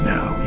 Now